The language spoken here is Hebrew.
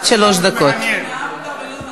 אני אעשה את זה קצר.